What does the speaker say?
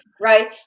right